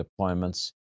deployments